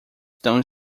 são